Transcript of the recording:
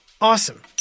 Awesome